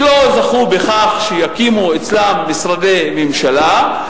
שלא זכו בכך שיקימו אצלן משרדי ממשלה.